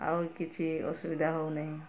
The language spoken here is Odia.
ଆଉ କିଛି ଅସୁବିଧା ହଉ ନାହିଁ